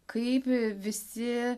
kaip visi